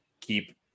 keep